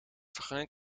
vergunning